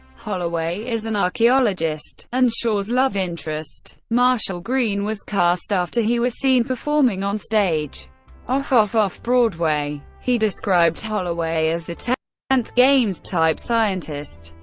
holloway is an archaeologist and shaw's love interest. marshall-green was cast after he was seen performing on stage off-off-off broadway. he described holloway as the x and games-type scientist,